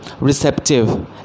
receptive